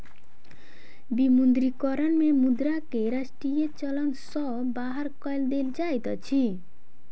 विमुद्रीकरण में मुद्रा के राष्ट्रीय चलन सॅ बाहर कय देल जाइत अछि